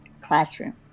classroom